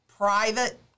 private